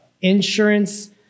insurance